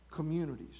Communities